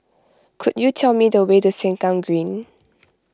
could you tell me the way to Sengkang Green